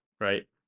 right